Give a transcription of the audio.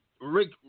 Rick